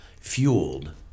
fueled